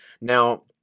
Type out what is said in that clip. Now